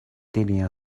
tenía